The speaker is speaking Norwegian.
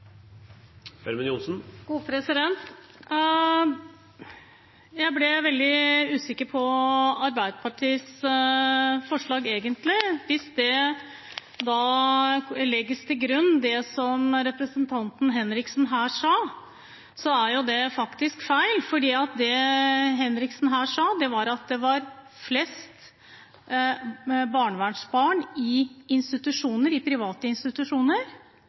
veldig usikker på Arbeiderpartiets forslag, egentlig. Hvis det legges til grunn det som representanten Henriksen her sa, er det jo faktisk feil, for det Henriksen her sa, er at det var flest barnevernsbarn i private institusjoner, men det er det ikke. Det er flest i private